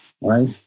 right